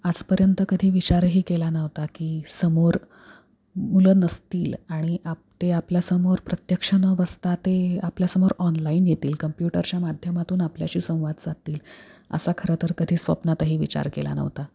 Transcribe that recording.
आजपर्यंत कधी विचारही केला नव्हता की समोर मुलं नसतील आणि आप ते आपल्यासमोर प्रत्यक्ष न बसता ते आपल्यासमोर ऑनलाईन येतील कम्प्युटरच्या माध्यमातून आपल्याशी संवाद साधतील असा खरंतर कधी स्वप्नातही विचार केला नव्हता